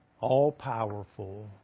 all-powerful